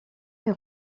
est